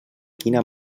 quina